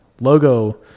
logo